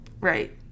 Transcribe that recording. right